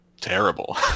terrible